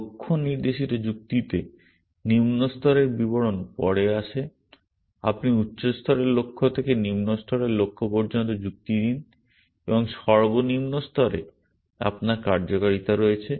লক্ষ্য নির্দেশিত যুক্তিতে নিম্ন স্তরের বিবরণ পরে আসে আপনি উচ্চ স্তরের লক্ষ্য থেকে নিম্ন স্তরের লক্ষ্য পর্যন্ত যুক্তি দেন এবং সর্বনিম্ন স্তরে আপনার কার্যকারিতা রয়েছে